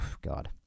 God